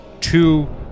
two